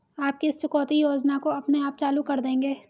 आप किस चुकौती योजना को अपने आप चालू कर देंगे?